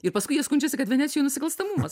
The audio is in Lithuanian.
ir paskui jie skundžiasi kad venecijoj nusikalstamumas